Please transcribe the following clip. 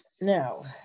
Now